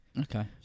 Okay